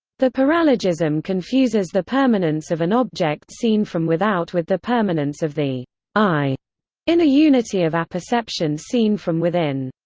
the paralogism confuses the permanence of an object seen from without with the permanence of the i in a unity of apperception seen from within.